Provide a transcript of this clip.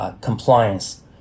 compliance